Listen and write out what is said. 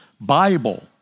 Bible